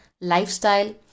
lifestyle